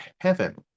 heaven